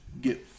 get